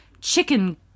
chicken